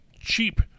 cheap